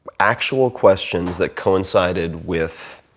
actual questions that coincided with